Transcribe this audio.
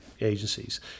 agencies